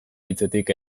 hitzetik